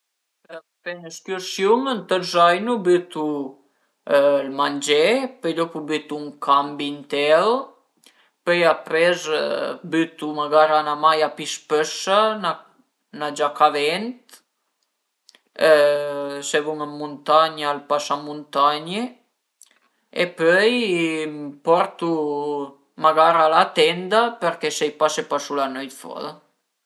Për fe ün'escürsiun ënt ël zainu bütu ël mangé, pöi dopu bütu ün cambi intero, pöi apres bütu magara 'na maia pi spëssa, 'na giaca a vent, se vun ën muntagna ël pasamuntagne e pöi m'portu magara la tenda perché sai pa se pasu la nöit fora